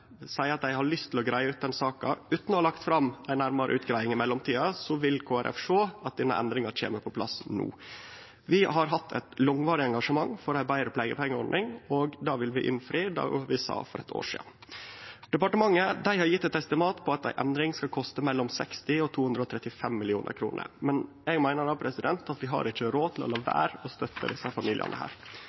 at ho har lyst til å greie ut denne saka utan å ha lagt fram ei nærmare utgreiing i mellomtida, vil Kristeleg Folkeparti sjå at denne endringa kjem på plass no. Vi har hatt eit langvarig engasjement for ei betre pleiepengeordning, og vi vil innfri det vi sa for eit år sidan. Departementet har gjeve eit estimat på at ei endring vil koste mellom 60 mill. kr og 235 mill. kr. Eg meiner vi ikkje har råd til å la vere å stø desse familiane.